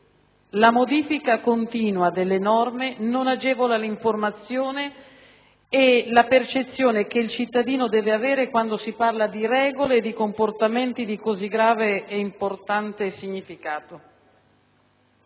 la modifica continua delle norme non agevola l'informazione e la percezione che il cittadino deve avere quando si parla di regole e di comportamenti di così grave e importante significato.